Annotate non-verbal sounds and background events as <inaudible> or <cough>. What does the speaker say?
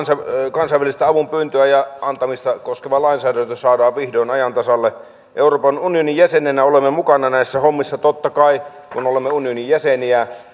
kansainvälisen avun pyyntöä ja antamista koskeva lainsäädäntö saadaan vihdoin ajan tasalle euroopan unionin jäsenenä olemme mukana näissä hommissa totta kai kun olemme unionin jäseniä <unintelligible>